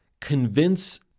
convince